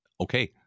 okay